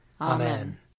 Amen